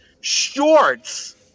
shorts